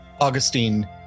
Augustine